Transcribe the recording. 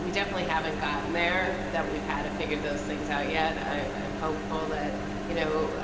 we definitely haven't gotten there that we had to figure those things out yet i am hopeful that you know,